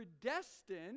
predestined